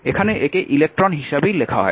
এখানে একে ইলেকট্রন হিসাবেই লেখা হয়